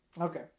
Okay